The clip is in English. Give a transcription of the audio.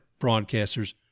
broadcasters